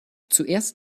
zuerst